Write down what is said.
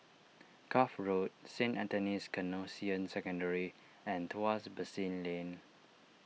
Cuff Road Saint Anthony's Canossian Secondary and Tuas Basin Lane